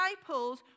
disciples